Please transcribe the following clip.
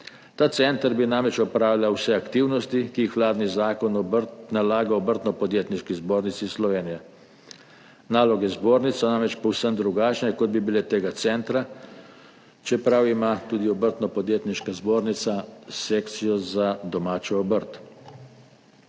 Ta center bi namreč opravljal vse aktivnosti, ki jih vladni zakon nalaga Obrtno-podjetniški zbornici Slovenije. Naloge zbornice so namreč povsem drugačne, kot bi bile naloge tega centra, čeprav ima tudi Obrtno-podjetniška zbornica sekcijo za domačo obrt.